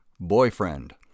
Boyfriend